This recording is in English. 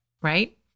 right